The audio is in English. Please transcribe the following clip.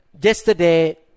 Yesterday